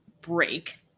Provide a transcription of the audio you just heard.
break